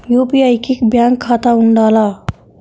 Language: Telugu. యూ.పీ.ఐ కి బ్యాంక్ ఖాతా ఉండాల?